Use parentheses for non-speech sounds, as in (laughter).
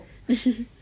(laughs)